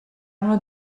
uno